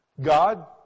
God